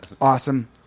Awesome